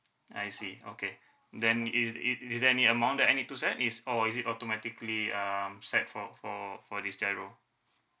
I see okay then is is is there any amount that I need to set is or is it automatically um set for for for this GIRO